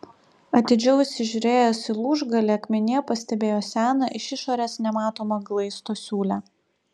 atidžiau įsižiūrėjęs į lūžgalį akmenyje pastebėjo seną iš išorės nematomą glaisto siūlę